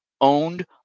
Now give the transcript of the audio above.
owned